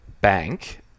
bank